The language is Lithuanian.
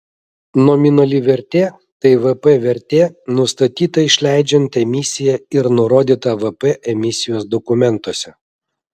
nominali vertė tai vp vertė nustatyta išleidžiant emisiją ir nurodyta vp emisijos dokumentuose